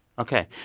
ok.